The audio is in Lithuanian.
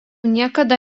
niekada